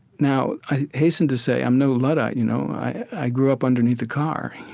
now, i hasten to say i'm no luddite. you know i grew up underneath a car,